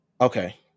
Okay